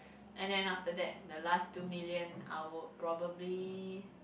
and then after that the last two million I will probably